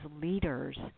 leaders